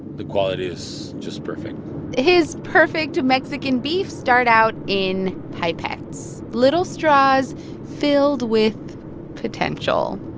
the quality is just perfect his perfect mexican beef start out in pipettes little straws filled with potential,